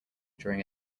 during